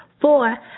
Four